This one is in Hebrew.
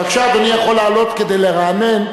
בבקשה, אדוני יכול לעלות כדי לרענן.